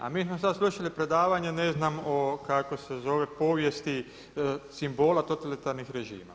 A mi smo sada slušali predavanje ne znam o kako se zove, povijesti simbola totalitarnih režima.